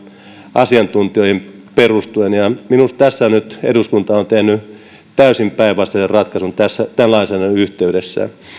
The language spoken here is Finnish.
asiantuntijoihin perustuen ja minusta nyt eduskunta on tehnyt täysin päinvastaisen ratkaisun tämän lainsäädännön yhteydessä